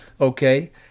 Okay